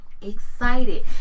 excited